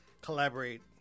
collaborate